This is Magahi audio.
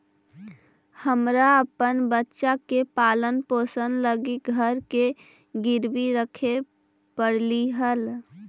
हमरा अपन बच्चा के पालन पोषण लागी घर के गिरवी रखे पड़लई हल